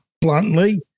bluntly